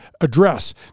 address